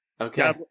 okay